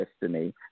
destiny